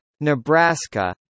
Nebraska